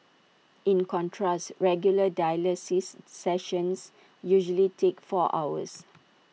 in contrast regular dialysis sessions usually take four hours